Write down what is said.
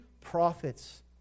prophets